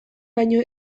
baino